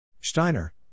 Steiner